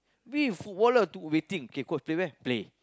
we footballer two waiting okay coach play where play